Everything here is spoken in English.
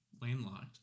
landlocked